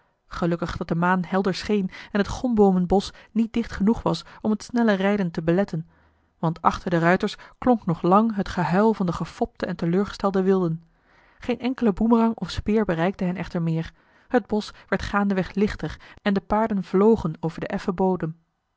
gelukkig dat de maan helder scheen en het gomboomenbosch niet dicht genoeg was om het snelle rijden te beletten want achter de ruiters klonk nog lang het gehuil van de gefopte en teleurgestelde wilden geen enkele boemerang of speer bereikte hen echter meer het bosch werd gaandeweg lichter en de paarden vlogen over den effen bodem